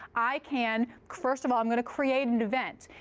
i can first of all, i'm going to create an event.